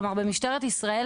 כלומר, במשטרת ישראל.